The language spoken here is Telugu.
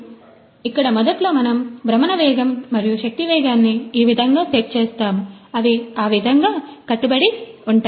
కాబట్టి ఇక్కడ మొదట్లో మనము భ్రమణ వేగం మరియు శక్తి వేగాన్ని ఈ విధంగా సెట్ చేస్తామొ అవి ఆ విధంగా గా కట్టుబడి ఉంటాయి